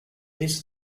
this